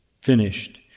finished